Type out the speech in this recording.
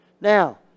now